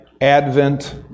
Advent